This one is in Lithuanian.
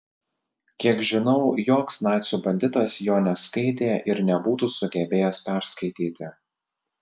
kiek žinau joks nacių banditas jo neskaitė ir nebūtų sugebėjęs perskaityti